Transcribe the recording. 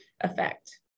effect